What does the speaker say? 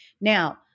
Now